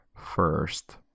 first